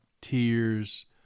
tears